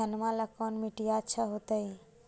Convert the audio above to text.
घनमा ला कौन मिट्टियां अच्छा होतई?